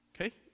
Okay